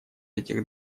этих